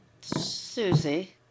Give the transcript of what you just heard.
Susie